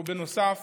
ונוסף